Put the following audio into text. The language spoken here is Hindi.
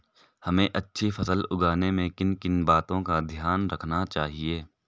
हमें अच्छी फसल उगाने में किन किन बातों का ध्यान रखना चाहिए?